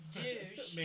douche